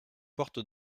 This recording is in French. porte